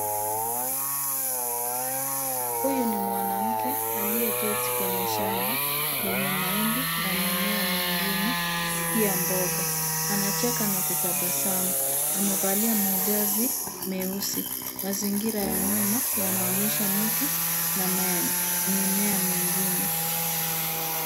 Huyu ni mwanamke aliyeketi kwenye shamba lenye mahindi na mimea mingine, pia mboga. Anacheka na kutabasamu. Amevalia mavazi meusi. Mazingira ya nyuma yanaonyesha miti na mimea mingine.